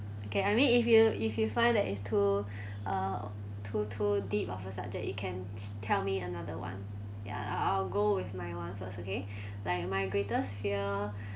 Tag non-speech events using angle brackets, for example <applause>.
okay I mean if you if you find that is too <breath> uh too too deep of a subject you can t~ tell me another one ya I'll I'll go with my one first okay <breath> like my greatest fear